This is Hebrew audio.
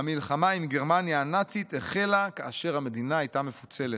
המלחמה עם גרמניה הנאצית החלה כאשר המדינה הייתה מפוצלת.